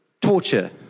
torture